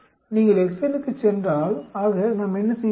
நீங்கள் எக்செல்லுக்குச் சென்றால் ஆக நாம் என்ன செய்வது